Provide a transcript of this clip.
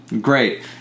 great